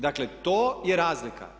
Dakle, to je razlika.